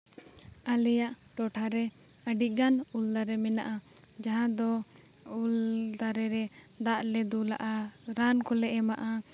ᱟᱞᱮᱭᱟᱜ ᱴᱚᱴᱷᱟ ᱨᱮ ᱟᱹᱰᱤ ᱜᱟᱱ ᱩᱞ ᱫᱟᱨᱮ ᱢᱮᱱᱟᱜᱼᱟ ᱡᱟᱦᱟᱸ ᱫᱚ ᱩᱞ ᱫᱟᱨᱮ ᱨᱮ ᱫᱟᱜ ᱞᱮ ᱫᱩᱞᱟᱜᱼᱟ ᱨᱟᱱ ᱠᱚᱞᱮ ᱮᱢᱟᱜᱼᱟ